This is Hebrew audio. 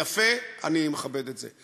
יפה, אני מכבד את זה.